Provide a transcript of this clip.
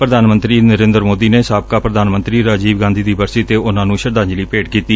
ਪ੍ਰਧਾਨ ਮੰਤਰੀ ਨਰੇਂਦਰ ਮੋਦੀ ਨੇਂ ਸਾਬਕਾ ਪਧਾਨ ਮੰਤਰੀ ਰਾਜੀਵ ਗਾਂਧੀ ਦੀ ਬਰਸੀ ਤੇ ਉਨਾਂ ਨੂੰ ਸ਼ਰਧਾਂਜਲੀ ਭੇਟ ਕੀਤੀ